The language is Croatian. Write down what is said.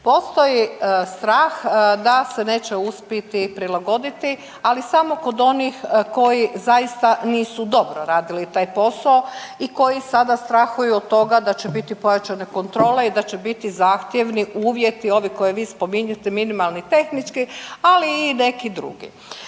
Postoji strah da se neće uspjeti prilagoditi ali samo kod onih koji zaista nisu dobro radili taj posao i koji sada strahuju od toga da će biti pojačane kontrole i da će biti zahtjevni uvjeti ovi koje vi spominjete minimalni, tehnički ali i neki drugi.